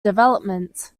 development